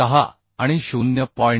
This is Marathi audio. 6 आणि 0